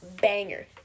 Banger